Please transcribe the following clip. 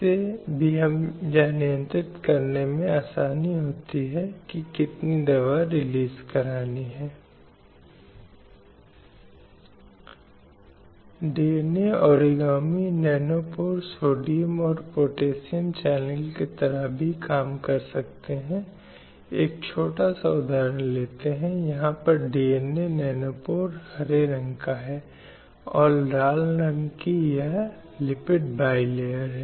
क्योंकि उसके स्वास्थ्य के संबंध में एक गंभीर प्रभाव पड़ता है उसके शारीरिक कल्याण के संबंध में उसके समग्र विकास के संबंध में और निश्चित रूप से यह नकारात्मक प्रभाव पड़ता है शायद एक बच्चे के लिए जो इस तरह की माँ से पैदा होता है और वह भी कहीं न कहीं बड़े पैमाने पर पूरे समाज पर प्रतिकूल प्रभाव डालता है